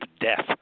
death